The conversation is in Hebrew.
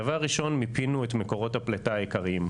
דבר ראשון, מיפינו את מקורות הפליטה העיקריים.